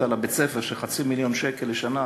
על בית-הספר של חצי מיליון שקל לשנה